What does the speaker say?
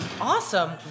awesome